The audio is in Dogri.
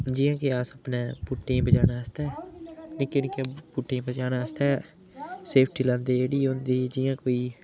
जियां कि अस अपने बूह्टें गी बचाने आस्तै निक्के निक्के बूह्टें गी बचाने आस्तै सेफ्टी लांदे जेह्ड़ी ओह् होंदी जियां कोई